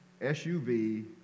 SUV